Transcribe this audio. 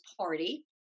party